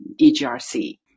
EGRC